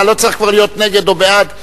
אתה לא צריך כבר להיות נגד או בעד,